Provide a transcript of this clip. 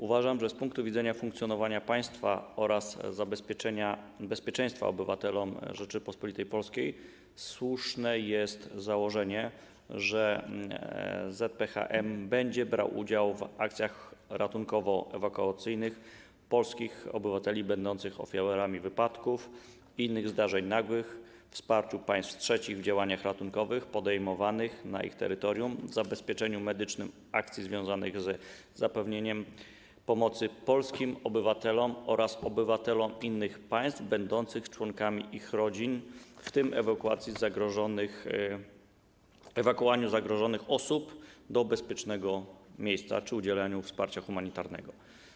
Uważam, że z punktu widzenia funkcjonowania państwa oraz zapewnienia bezpieczeństwa obywateli Rzeczypospolitej Polskiej słuszne jest założenie, że ZPHM będzie brał udział w akcjach ratunkowo-ewakuacyjnych dotyczących polskich obywateli będących ofiarami wypadków i innych zdarzeń nagłych, wsparciu państw trzecich w działaniach ratunkowych podejmowanych na ich terytorium, zabezpieczeniu medycznym akcji związanych z zapewnieniem pomocy polskim obywatelom oraz obywatelom innych państw będącym członkami ich rodzin, w tym ewakuowaniu zagrożonych osób do bezpiecznego miejsca, czy udzielaniu wsparcia humanitarnego.